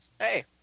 Hey